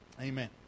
amen